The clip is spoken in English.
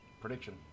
prediction